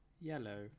yellow